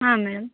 ಹಾಂ ಮೇಡಮ್